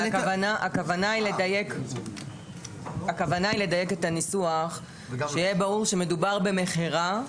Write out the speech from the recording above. הכוונה היא לדייק את הניסוח ושיהיה ברור שמדובר במכירה,